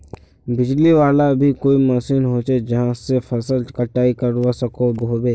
बिजली वाला भी कोई मशीन होचे जहा से फसल कटाई करवा सकोहो होबे?